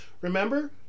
Remember